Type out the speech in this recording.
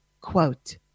Quote